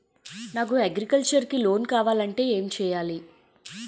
నాకు అగ్రికల్చర్ కి లోన్ కావాలంటే ఏం చేయాలి?